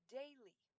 daily